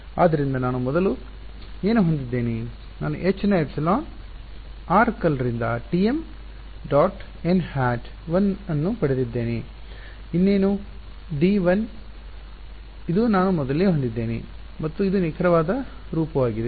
ಆದ್ದರಿಂದ ನಾನು ಮೊದಲು ಏನು ಹೊಂದಿದ್ದೇನೆ ನಾನು H ನ ಎಪ್ಸಿಲಾನ್ r ಕರ್ಲ್ ರಿಂದ Tm ಡಾಟ್ n ಹ್ಯಾಟ್ 1 ಅನ್ನು ಹೊಂದಿದ್ದೇನೆ ಇನ್ನೇನು d l ಇದು ನಾನು ಮೊದಲೇ ಹೊಂದಿದ್ದೆ ಮತ್ತು ಇದು ನಿಖರವಾದ ರೂಪವಾಗಿದೆ